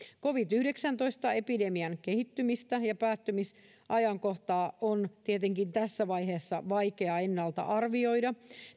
covid yhdeksäntoista epidemian kehittymistä ja päättymisajankohtaa on tietenkin tässä vaiheessa vaikea ennalta arvioida